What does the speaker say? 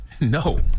No